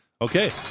Okay